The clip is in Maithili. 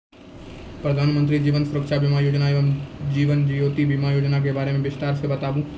प्रधान मंत्री जीवन सुरक्षा बीमा योजना एवं जीवन ज्योति बीमा योजना के बारे मे बिसतार से बताबू?